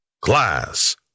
Class